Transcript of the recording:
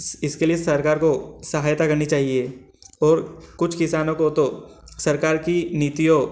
इस इसके लिए सरकार को सहायता करनी चाहिए और कुछ किसानों को तो सरकार की नीतियों